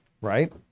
Right